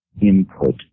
input